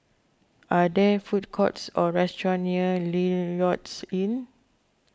are there food courts or restaurants near Lloyds Inn